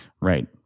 right